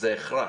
זה הכרח.